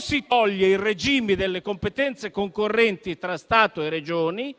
Si toglie il regime delle competenze concorrenti tra Stato e Regioni,